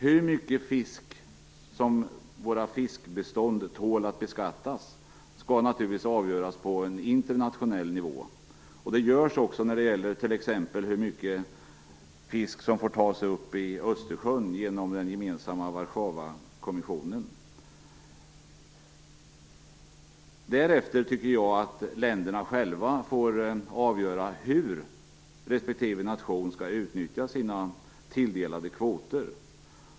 Hur mycket fisk som våra fiskbestånd tål att beskattas med skall naturligtvis avgöras på en internationell nivå, vilket också görs när det t.ex. gäller hur mycket fisk som får tas upp ur Östersjön genom den gemensamma Warzawakonventionen. Därefter borde länderna själva få avgöra hur respektive nation skall utnyttja sina tilldelade kvoter.